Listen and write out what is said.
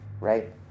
right